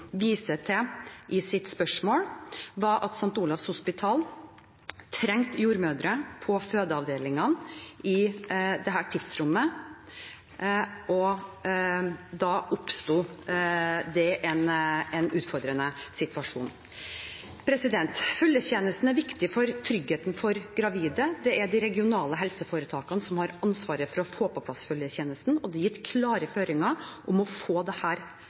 viser til i sitt spørsmål, var at St. Olavs hospital trengte jordmødrene på fødeavdelingen i dette tidsrommet, og da oppsto det en utfordrende situasjon. Følgetjenesten er viktig for tryggheten for gravide. Det er de regionale helseforetakene som har ansvaret for å få på plass følgetjenesten, og det er gitt klare føringer om å få dette på plass. Det